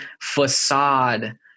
facade